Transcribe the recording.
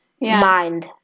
mind